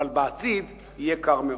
אבל בעתיד יהיה קר מאוד.